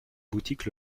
boutique